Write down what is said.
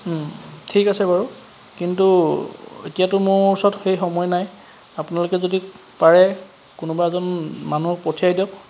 ঠিক আছে বাৰু কিন্তু এতিয়াতো মোৰ ওচৰত সেই সময় নাই আপোনালোকে যদি পাৰে কোনোবা এজন মানুহ পঠিয়াই দিয়ক